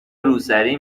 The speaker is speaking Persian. روسری